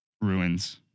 Ruins